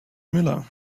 miller